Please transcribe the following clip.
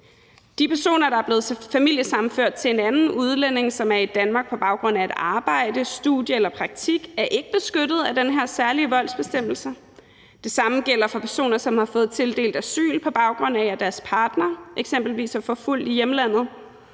De personer, der er blevet familiesammenført med en anden udlænding, som er i Danmark på baggrund af et arbejde, studie eller praktik, er ikke beskyttet af den her særlige voldsbestemmelse. Det samme gælder for personer, som har fået tildelt asyl, på baggrund af at deres partner eksempelvis er forfulgt i hjemlandet.